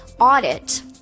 audit